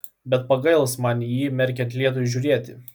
bet pagails man į jį merkiant lietui žiūrėti